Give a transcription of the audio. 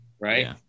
right